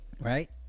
right